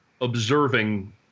observing